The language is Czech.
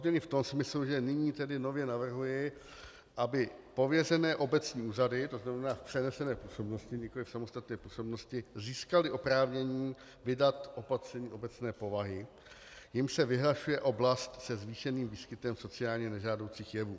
Změny v tom smyslu, že nyní tedy nově navrhuji, aby pověřené obecní úřady, to znamená v přenesené působnosti, nikoliv v samostatné působnosti, získaly oprávnění vydat opatření obecné povahy, jímž se vyhlašuje oblast se zvýšeným výskytem sociálně nežádoucích jevů.